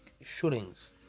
shootings